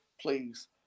Please